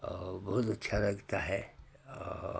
और बहुत अच्छा लगता है और